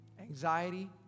anxiety